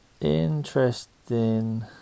Interesting